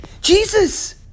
Jesus